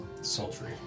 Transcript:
Sultry